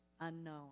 unknown